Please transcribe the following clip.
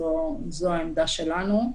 זו העמדה שלנו.